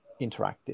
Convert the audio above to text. interactive